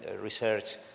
Research